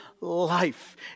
life